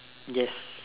yes